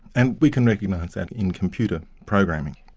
and we can recognise that in computer programming.